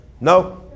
no